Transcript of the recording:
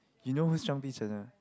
you know who is Zhang-Bi-Chen ah